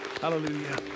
Hallelujah